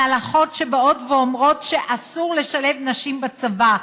על הלכות שבאות ואומרות שאסור לשלב נשים בצבא,